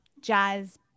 jazz